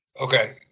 Okay